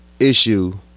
Issue